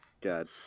God